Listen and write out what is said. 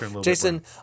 jason